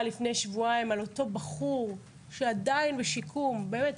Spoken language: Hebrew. לפני שבועיים על אותו בחור שעדיין נמצא בשיקום שבאמת,